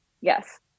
Yes